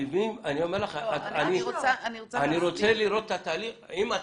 אם זה ככה,